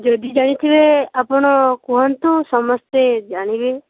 ଯଦି ଜାଣିଥିବେ ଆପଣ କୁହନ୍ତୁ ସମସ୍ତେ ଜାଣିବେ